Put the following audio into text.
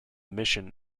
mission